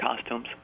costumes